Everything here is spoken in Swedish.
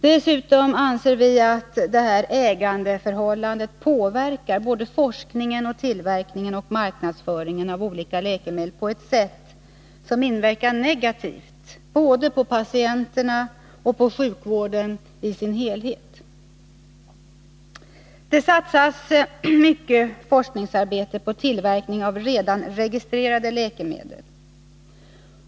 Dessutom anser vi att detta ägandeförhållande påverkar forskning, tillverkning och marknadsföring av olika läkemedel på ett sätt som inverkar negativt på patienterna och på sjukvården i dess helhet. Det satsas mycket forskningsarbete på tillverkning av redan registrerade läkemedel.